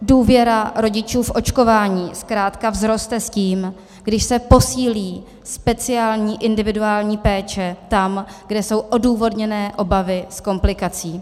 Důvěra rodičů v očkování zkrátka vzroste s tím, když se posílí speciální individuální péče tam, kde jsou odůvodněné obavy z komplikací.